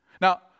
Now